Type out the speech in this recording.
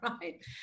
right